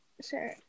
Sure